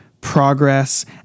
progress